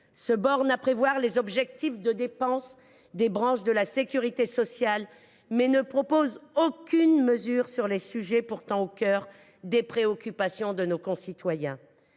se borne à prévoir les objectifs de dépenses des branches de la sécurité sociale, mais ne contient aucune mesure sur les sujets qui sont pourtant au cœur des préoccupations de nos concitoyens.